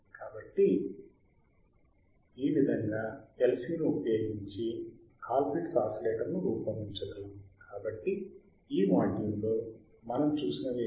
కాబట్టి ఈ విధముగా LC ని ఉపయోగించి కాల్ పిట్స్ ఆసిలేటర్ను రూపొందించగలం కాబట్టి ఈ మాడ్యూల్లో మనం చూసినవి ఏమిటి